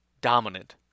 dominant